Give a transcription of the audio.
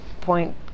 point